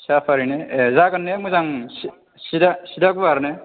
safari ने ए जागोनने मोजां सिदा सिदा गुवार ने